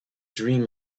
dream